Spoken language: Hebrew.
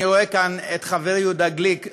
אני רואה כאן את חברי יהודה גליק.